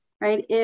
right